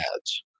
ads